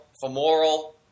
femoral